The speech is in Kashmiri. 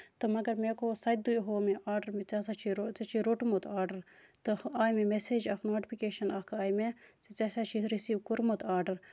تہٕ مَگر مےٚ گوٚو سَتہِ دۄہہِ ہوو مےٚ آرڈر ژےٚ ہسا چھُے ژےٚ چھُے روٚٹمُت آرڈر تہٕ آے مےٚ میسیج اکھ نوٹِفِکیشَن اکھ آیہِ مےٚ زِ ژےٚ ہسا چھُے رٔسیٖو کوٚرمُت آرڈر